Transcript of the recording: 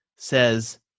says